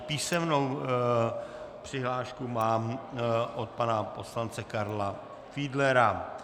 Písemnou přihlášku mám od pana poslance Karla Fiedlera.